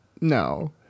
no